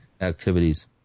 activities